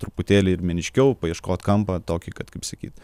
truputėlį ir meniškiau paieškot kampą tokį kad kaip sakyt